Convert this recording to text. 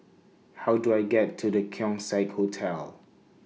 How Do I get to The Keong Saik Hotel